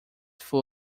full